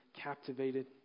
Captivated